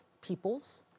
peoples